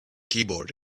keyboard